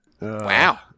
Wow